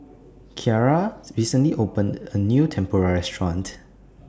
Kyara recently opened A New Tempura Restaurant